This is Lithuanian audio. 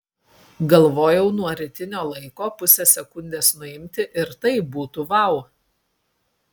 galvojau nuo rytinio laiko pusę sekundės nuimti ir tai būtų vau